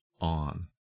on